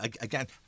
again